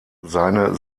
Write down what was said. seine